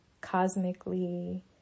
cosmically